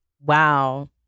wow